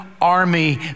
army